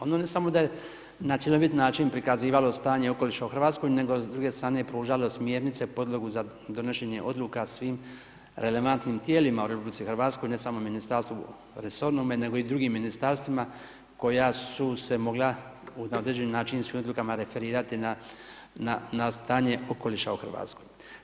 Ono ne samo da je na cjelovit način prikazivalo stanje okoliša u Hrvatskoj nego s druge strane je pružalo smjernice, podlogu za donošenje odluka svim relevantnim tijelima u RH ne samo Ministarstvu resornome nego i drugim ministarstvima koja su se mogla na određeni način svojim odlukama referirati na stanje okoliša u Hrvatskoj.